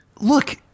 Look